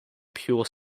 pure